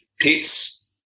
pits